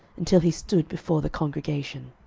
until he stood before the congregation.